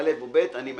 מאשר.